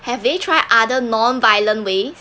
have they try other non-violent ways